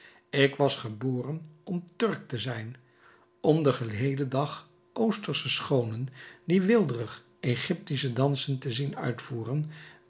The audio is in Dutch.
ik was geboren om turk te zijn om den geheelen dag oostersche schoonen die weelderige egyptische dansen te zien uitvoeren